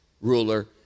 ruler